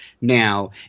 now